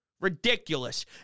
Ridiculous